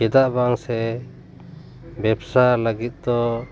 ᱪᱮᱫᱟᱜ ᱵᱟᱝ ᱥᱮ ᱵᱮᱵᱽᱥᱟ ᱞᱟᱹᱜᱤᱫ ᱫᱚ